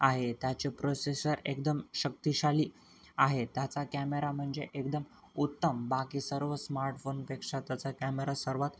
आहे त्याचे प्रोसेसर एकदम शक्तिशाली आहे त्याचा कॅमेरा म्हणजे एकदम उत्तम बाकी सर्व स्मार्टफोनपेक्षा त्याचा कॅमेरा सर्वात